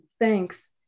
Thanks